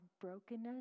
brokenness